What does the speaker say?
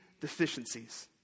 deficiencies